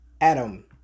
Adam